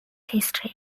history